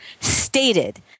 stated